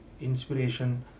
inspiration